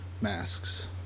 masks